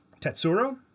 Tetsuro